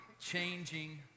changing